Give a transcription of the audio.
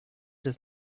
des